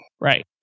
Right